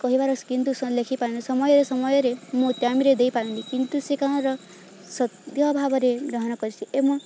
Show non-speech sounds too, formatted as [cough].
କହିବାର କିନ୍ତୁ ଲେଖିପାରନି ସମୟରେ ସମୟରେ ମୁଁ ଟାଇମରେ ଦେଇପାରୁନି କିନ୍ତୁ ସେ [unintelligible] ସତ୍ୟ ଭାବରେ ଗ୍ରହଣ କରିଛି ଏବଂ